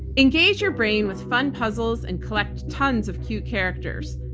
engage your brain with fun puzzles and collect tons of cute characters.